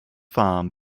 farm